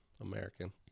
American